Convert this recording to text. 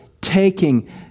taking